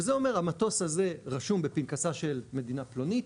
וזה אומר, המטוס הזה רשום בפנקסה של מדינה פלונית,